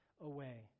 away